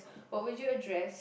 what would you address